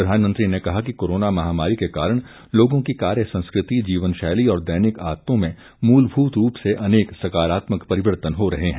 प्रधानमंत्री ने कहा कि कोरोना महामारी के कारण लोगों की कार्य संस्कृति जीवन शैली और दैनिक आदतों में मूलभूत रूप से अनेक सकारात्मक परिवर्तन हो रहे हैं